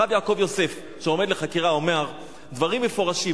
הרב יעקב יוסף, שעומד לחקירה, אומר דברים מפורשים.